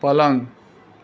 પલંગ